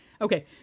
Okay